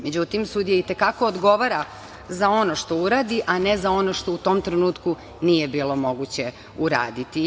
Međutim, sudija i te kako odgovara za ono što uradi, a ne za ono što u tom trenutku nije bilo moguće uraditi.